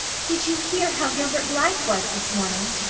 did you hear how gilbert blythe was this morning?